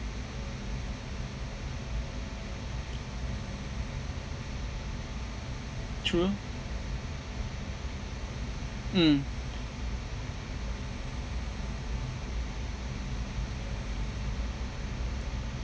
true ah mm